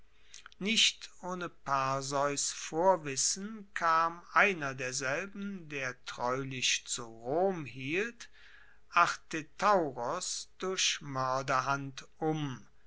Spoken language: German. nicht ohne perseus vorwissen kam einer derselben der treulich zu rom hielt arthetauros durch moerderhand um